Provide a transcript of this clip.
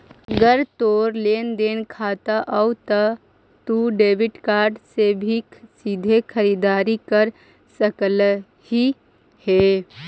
अगर तोर लेन देन खाता हउ त तू डेबिट कार्ड से भी सीधे खरीददारी कर सकलहिं हे